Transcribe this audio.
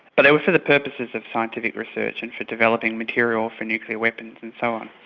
but they were for the purposes of scientific research and for developing materials for nuclear weapons and so on.